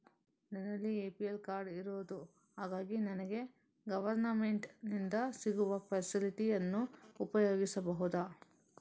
ನನ್ನಲ್ಲಿ APL card ಇರುದು ಹಾಗಾಗಿ ನನಗೆ ಗವರ್ನಮೆಂಟ್ ಇಂದ ಸಿಗುವ ಫೆಸಿಲಿಟಿ ಅನ್ನು ಉಪಯೋಗಿಸಬಹುದಾ?